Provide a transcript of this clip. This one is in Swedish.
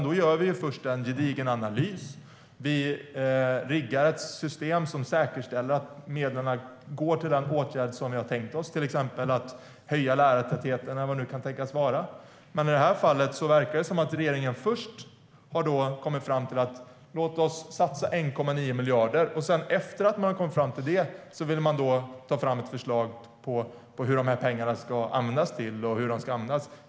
Då gör vi först en gedigen analys. Vi riggar ett system som säkerställer att medlen går till den åtgärd som vi har tänkt oss, till exempel att höja lärartätheten eller vad det nu kan tänkas vara. I det här fallet verkar det som att regeringen först har kommit fram till: Låt oss satsa 1,9 miljarder. Efter att man har kommit fram till det vill man ta fram ett förslag på vad pengarna ska användas till och hur de ska användas.